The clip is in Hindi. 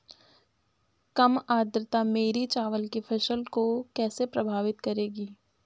कम आर्द्रता मेरी चावल की फसल को कैसे प्रभावित करेगी?